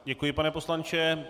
Děkuji, pane poslanče.